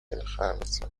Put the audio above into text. الخامسة